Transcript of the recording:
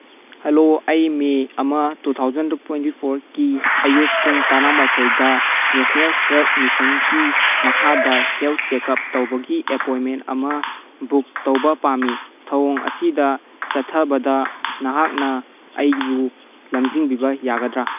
hello ꯑꯩ May ꯑꯃ two thousand twenty ꯐꯣꯔꯒꯤ ꯑꯌꯨꯛ ꯄꯨꯡ ꯇꯔꯥꯃꯥꯊꯣꯏꯗ ꯅꯦꯁꯅꯦꯜ ꯍꯦꯜꯠ ꯃꯤꯁꯟꯀꯤ ꯃꯈꯥꯗ ꯍꯦꯜꯠ ꯆꯦꯀꯞ ꯑꯃ ꯇꯧꯕꯒꯤ ꯑꯦꯄꯣꯏꯟꯃꯦꯟ ꯑꯃ ꯕꯨꯛ ꯇꯧꯕ ꯄꯥꯝꯃꯤ ꯊꯑꯣꯡ ꯑꯁꯤꯗ ꯆꯠꯊꯕꯗ ꯅꯍꯥꯛꯅ ꯑꯩꯕꯨ ꯂꯝꯖꯤꯡꯕꯤꯕꯕ ꯌꯥꯒꯗ꯭ꯔꯥ